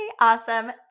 awesome